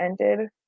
ended